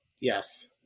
yes